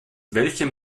welchem